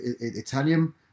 Italian